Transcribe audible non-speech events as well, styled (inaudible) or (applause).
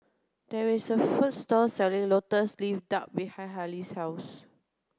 there is a (noise) food store selling lotus leaf duck behind Halie's house